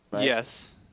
yes